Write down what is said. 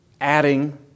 adding